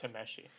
Tameshi